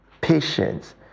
patience